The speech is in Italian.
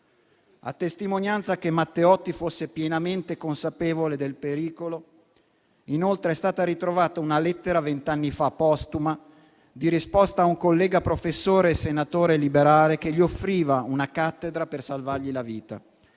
A testimonianza che Matteotti fosse pienamente consapevole del pericolo, inoltre, è stata ritrovata vent'anni fa una lettera postuma di risposta a un collega professore e senatore liberale, che gli offriva una cattedra per salvargli la vita